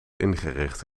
ingericht